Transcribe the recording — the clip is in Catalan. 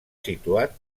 situat